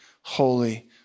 holy